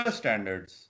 standards